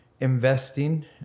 investing